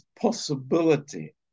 possibility